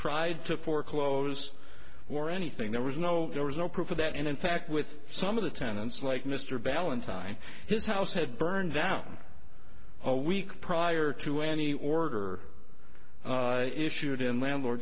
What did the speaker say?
tried to foreclose or anything there was no there was no proof of that and in fact with some of the tenants like mr valentine his house had burned down a week prior to any order issued in landlord